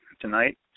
tonight